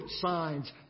signs